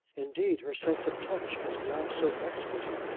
indeed her sense of touch is now so exquisite,